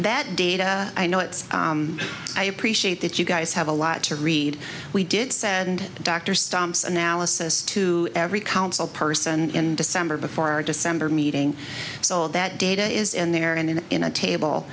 that data i know it's i appreciate that you guys have a lot to read we did said and dr stomps analysis to every council person in december before our december meeting so all that data is in there and in a table